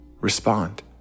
respond